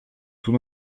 tout